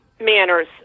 manners